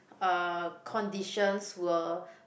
uh conditions were